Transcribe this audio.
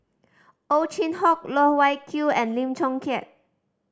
Ow Chin Hock Loh Wai Kiew and Lim Chong Keat